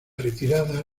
retirada